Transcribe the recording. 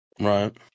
Right